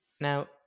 Now